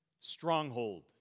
stronghold